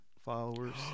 followers